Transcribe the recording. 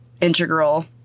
integral